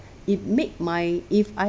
it made my if I